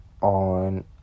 on